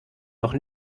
noch